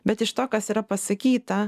bet iš to kas yra pasakyta